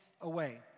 away